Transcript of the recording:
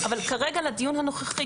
אבל כרגע לדיון הנוכחי,